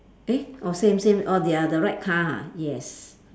eh orh same same orh they are the right car ah yes